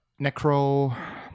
Necro